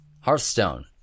Hearthstone